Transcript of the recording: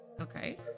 Okay